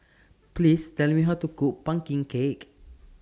Please Tell Me How to Cook Pumpkin Cake